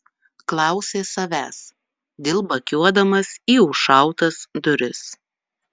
klausė savęs dilbakiuodamas į užšautas duris